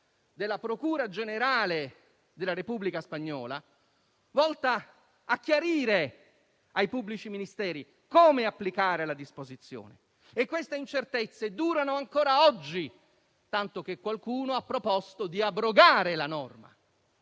della procura generale della Repubblica spagnola, volta a chiarire ai pubblici ministeri come applicare la disposizione. Queste incertezze durano ancora oggi, tanto che qualcuno ha proposto di abrogare la norma.